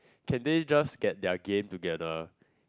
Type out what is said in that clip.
can they just get their game together